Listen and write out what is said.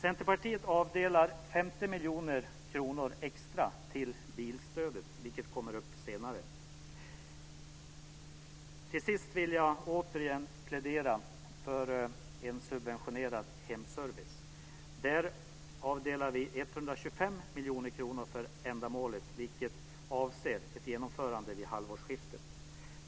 Centerpartiet avdelar 50 miljoner kronor extra till bilstödet, vilket kommer upp senare. Till sist vill jag återigen plädera för en subventionerad hemservice. Vi avdelar 125 miljoner kronor för ändamålet, vilket avser ett genomförande vid halvårsskiftet.